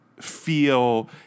feel